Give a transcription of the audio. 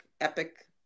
epic